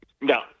No